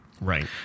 Right